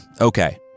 okay